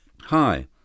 Hi